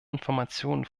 informationen